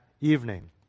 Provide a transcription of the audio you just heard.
evening